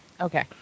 okay